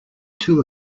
two